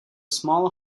small